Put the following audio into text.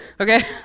Okay